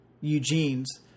Eugene's